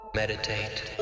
meditate